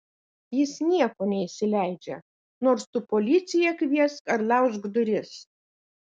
jis nieko neįsileidžia nors tu policiją kviesk ar laužk duris